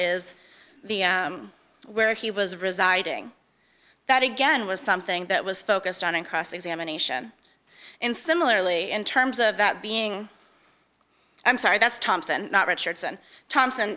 is where he was residing that again was something that was focused on in cross examination and similarly in terms of that being i'm sorry that's thompson not richardson thompson